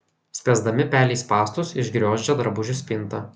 spęsdami pelei spąstus išgriozdžia drabužių spintą